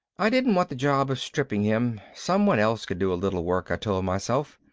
i didn't want the job of stripping him. somebody else could do a little work, i told myself.